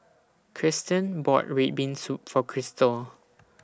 Krysten bought Red Bean Soup For Kristal